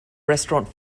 restaurant